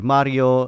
Mario